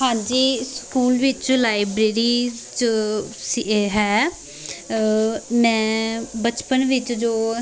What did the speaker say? ਹਾਂਜੀ ਸਕੂਲ ਵਿੱਚ ਲਾਈਬ੍ਰੇਰੀ 'ਚ ਸ ਹੈ ਮੈਂ ਬਚਪਨ ਵਿੱਚ ਜੋ